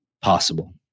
possible